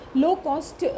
low-cost